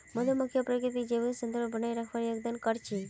मधुमक्खियां प्रकृतित जैविक संतुलन बनइ रखवात योगदान कर छि